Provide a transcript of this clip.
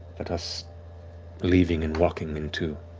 that us leaving and walking into